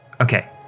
Okay